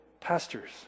Pastors